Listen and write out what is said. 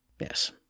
yes